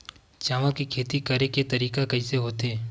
चावल के खेती करेके तरीका कइसे होथे?